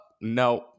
no